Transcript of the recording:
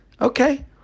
okay